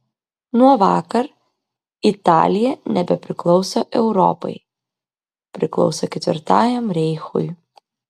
nuo vakar italija nebepriklauso europai priklauso ketvirtajam reichui